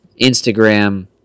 Instagram